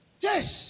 Yes